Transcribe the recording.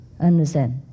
Understand